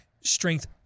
strength